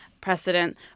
precedent